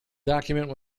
document